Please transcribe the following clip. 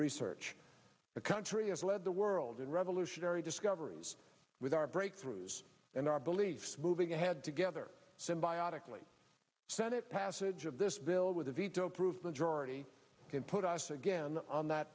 research the country has led the world in revolutionary discoveries with our breakthroughs and our beliefs moving ahead together symbiotically senate passage of this bill with a veto proof majority can put us again on that